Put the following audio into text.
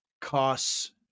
costs